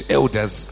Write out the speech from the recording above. elders